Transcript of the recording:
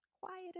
quiet